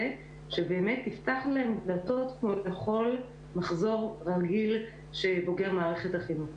שבאמת יפתח להם דלתות בכל מחזור רגיל שבוגר מערכת החינוך.